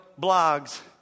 blogs